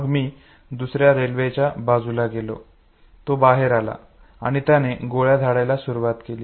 मग मी दुसऱ्या रेल्वेच्या बाजूला गेलो तो बाहेर आला आणि त्याने गोळ्या झाडायला सुरवात केली